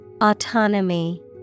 Autonomy